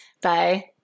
Bye